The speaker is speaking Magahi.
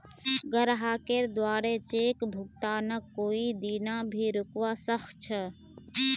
ग्राहकेर द्वारे चेक भुगतानक कोई दीना भी रोकवा सख छ